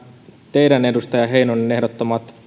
teidän edustaja heinonen ehdottamanne